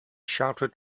shouted